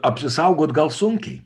apsisaugot gal sunkiai